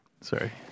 Sorry